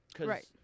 Right